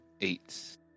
eight